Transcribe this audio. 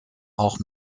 auch